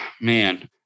man